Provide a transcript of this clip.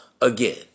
again